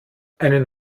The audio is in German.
einen